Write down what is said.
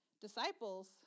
disciples